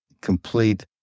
complete